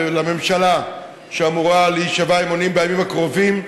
ולממשלה שאמורה להישבע אמונים בימים הקרובים,